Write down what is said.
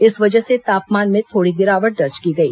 इस वजह से तापमान में थोड़ी गिरावट दर्ज की गई